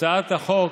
הצעת החוק